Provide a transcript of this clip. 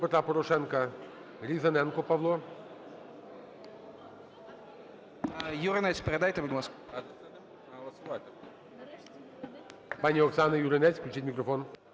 Пані Оксана Юринець. Включіть мікрофон.